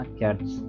cats